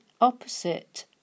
opposite